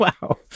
Wow